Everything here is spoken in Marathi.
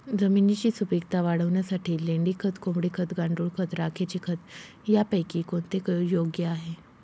जमिनीची सुपिकता वाढवण्यासाठी लेंडी खत, कोंबडी खत, गांडूळ खत, राखेचे खत यापैकी कोणते योग्य आहे?